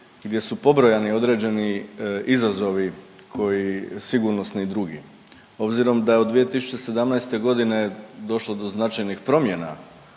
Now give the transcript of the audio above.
gdje su pobrojani određeni izazovi koji sigurnosni i drugi. Obzirom da je od 2017. godine došlo do značajnih promjena